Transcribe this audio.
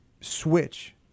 switch